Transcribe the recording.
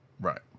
Right